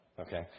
Okay